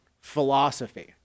philosophy